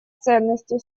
ценности